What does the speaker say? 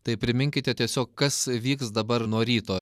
tai priminkite tiesiog kas vyks dabar nuo ryto